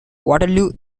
waterloo